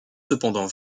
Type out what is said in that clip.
cependant